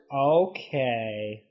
Okay